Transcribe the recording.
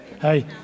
Hey